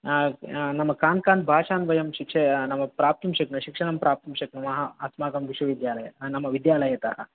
नाम काः काः बाषाः वयं नाम प्राप्तुं शिक्षणं प्राप्तुं शक्नुमः अस्माकं विश्विद्यालये नाम विद्यालयतः